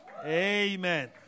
Amen